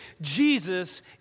Jesus